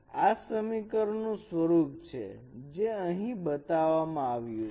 આ સમીકરણ નું સ્વરૂપ છે જે અહીં બતાવવામાં આવ્યું છે